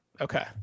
okay